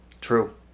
True